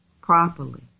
properly